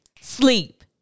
sleep